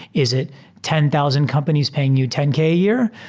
is it ten thousand companies paying you ten k a year?